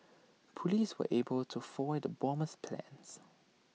Police were able to foil the bomber's plans